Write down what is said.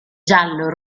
giallo